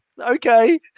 okay